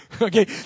Okay